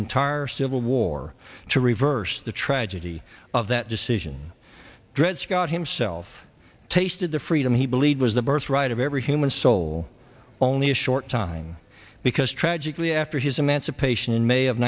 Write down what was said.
entire civil war to reverse the tragedy of that decision dred scott himself tasted the freedom he believed was the birthright of every human soul only a short time because tragically after his emancipation in may of